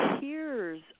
tears